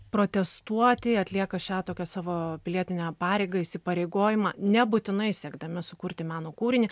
protestuoti atlieka šią tokią savo pilietinę pareigą įsipareigojimą nebūtinai siekdami sukurti meno kūrinį